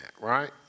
right